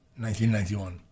1991